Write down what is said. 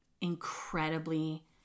incredibly